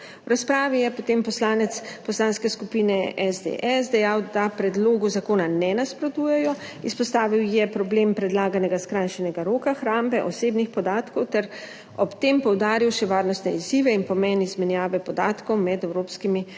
V razpravi je potem poslanec Poslanske skupine SDS dejal, da predlogu zakona ne nasprotujejo, izpostavil je problem predlaganega skrajšanega roka hrambe osebnih podatkov ter ob tem poudaril še varnostne izzive in pomen izmenjave podatkov med evropskimi varnostnimi